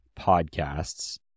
podcasts